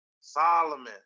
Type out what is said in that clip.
Solomon